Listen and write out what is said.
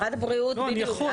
אני יכול.